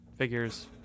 figures